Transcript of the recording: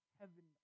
heaven